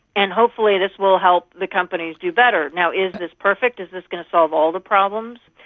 and hopefully this will help the companies do better. now, is this perfect, is this going to solve all the problems?